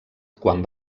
quan